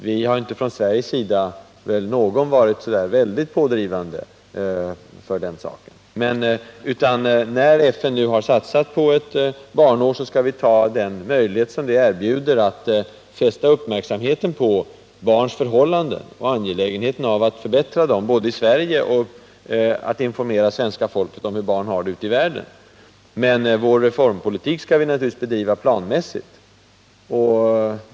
Vi har inte från Sveriges sida varit särskilt Nr 50 pådrivande för att få barnåret till stånd, men när nu FN har satsat på ett barnår skall vi utnyttja den möjlighet som det erbjuder att fästa uppmärksamheten på barns förhållanden och angelägenheten av att förbättra dem, samt informera svenska folket om hur barn har det ute i världen. Men vår reformpolitik skall vi bedriva planmässigt.